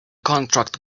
contract